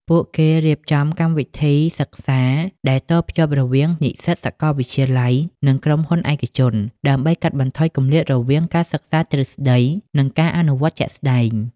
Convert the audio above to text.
ពួកគេរៀបចំកម្មវិធីកម្មសិក្សា ដែលតភ្ជាប់រវាងនិស្សិតសាកលវិទ្យាល័យ និងក្រុមហ៊ុនឯកជន ដើម្បីកាត់បន្ថយគម្លាតរវាងការសិក្សាទ្រឹស្ដី និងការអនុវត្តជាក់ស្ដែង។